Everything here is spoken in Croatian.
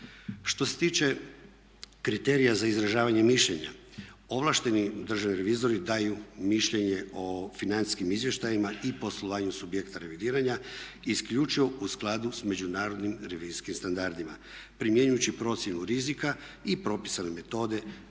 Što se tiče kriterija za izražavanje mišljenja, ovlašteni državni revizori daju mišljenje o financijskim izvještajima i poslovanju subjekata revidiranja isključivo u skladu s međunarodnim revizijskim standardima primjenjujući procjenu rizika i propisane metode za izračun